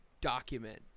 document